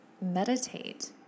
meditate